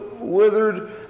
withered